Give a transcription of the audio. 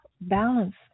balance